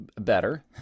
better